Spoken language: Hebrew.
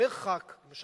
אומר חבר הכנסת,